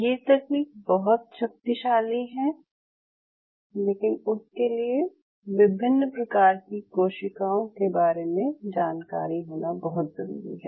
ये तकनीक बहुत शक्तिशाली हैं लेकिन उसके लिए विभिन्न प्रकार की कोशिकाओं के बारे में जानकारी होना बहुत ज़रूरी है